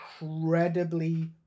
incredibly